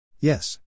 Yes